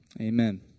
amen